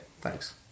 thanks